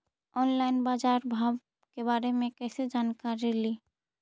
Online बाजार भाव के बारे मे कैसे जानकारी ली?